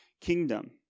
kingdom